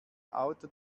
auto